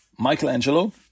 Michelangelo